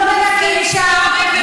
לא מנקים שם,